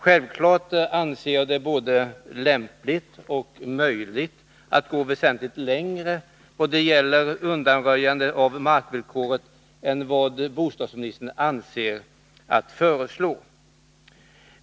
Självfallet anser jag det både lämpligt och möjligt att gå väsentligt längre då det gäller undanröjande av markvillkoret än vad bostadsministern avser föreslå.